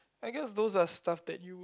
I guess those are stuff that you would